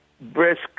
brisk